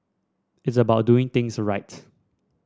it's about doing things right